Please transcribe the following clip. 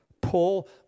Paul